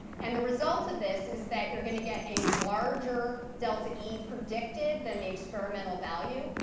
and the result of this is that you're going to get a larger delta e predicted than the experimental value.